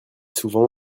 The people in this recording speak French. souvent